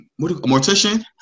mortician